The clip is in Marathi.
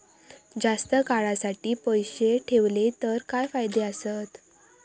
जास्त काळासाठी पैसे ठेवले तर काय फायदे आसत?